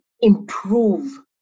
improve